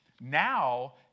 Now